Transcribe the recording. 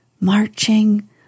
marching